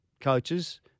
coaches